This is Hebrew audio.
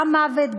גם מוות,